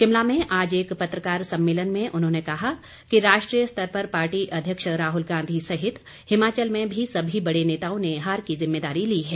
शिमला में आज एक पत्रकार सम्मेलन में उन्होंने कहा कि राष्ट्रीय स्तर पर पार्टी अध्यक्ष राहल गांधी सहित हिमाचल में भी सभी बड़े नेताओं ने हार की जिम्मेदारी ली है